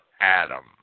Adam